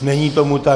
Není tomu tak.